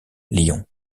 lyon